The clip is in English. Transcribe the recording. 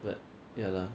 but ya lah